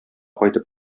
кайтып